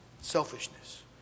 Selfishness